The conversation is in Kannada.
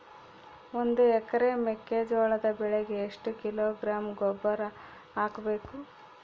ಒಂದು ಎಕರೆ ಮೆಕ್ಕೆಜೋಳದ ಬೆಳೆಗೆ ಎಷ್ಟು ಕಿಲೋಗ್ರಾಂ ಗೊಬ್ಬರ ಹಾಕಬೇಕು?